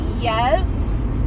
yes